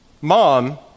Mom